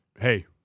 hey